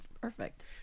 perfect